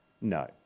no